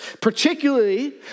particularly